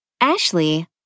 Ashley